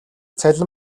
цалин